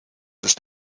ist